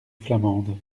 flamande